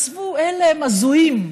עזבו, אלה הם הזויים,